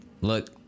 Look